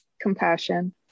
compassion